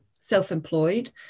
self-employed